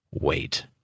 wait